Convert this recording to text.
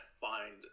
find